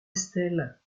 estelle